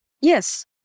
Yes